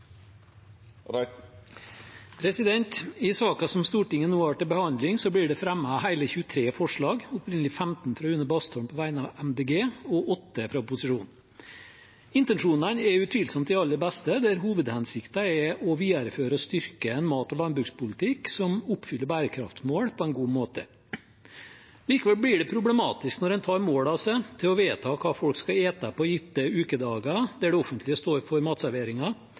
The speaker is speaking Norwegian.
I saken som Stortinget nå har til behandling, blir det fremmet hele 23 forslag – opprinnelig 15 fra Une Bastholm på vegne av MDG og 8 fra resten av opposisjonen. Intensjonene er utvilsomt de aller beste, der hovedhensikten er å videreføre og styrke en mat- og landbrukspolitikk som oppfyller bærekraftsmål på en god måte. Likevel blir det problematisk når en tar mål av seg til å vedta hva folk skal ete på gitte ukedager, der det offentlige står for